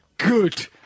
good